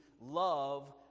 love